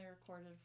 recorded